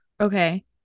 okay